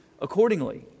accordingly